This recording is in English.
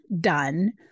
done